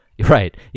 right